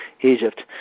Egypt